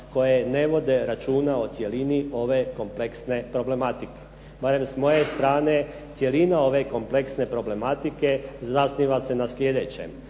koje ne vode računa o cjelini ove kompleksne problematike. Naime, s moje strane cjelina ove kompleksne problematike zasniva se na sljedećem,